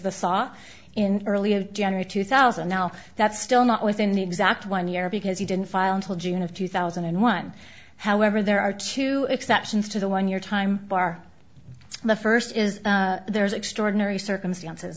the saw in early of general two thousand now that's still not within the exact one year because he didn't file until june of two thousand and one however there are two exceptions to the one year time bar the first is there is extraordinary circumstances